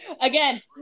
Again